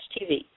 TV